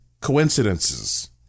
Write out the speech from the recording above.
Coincidences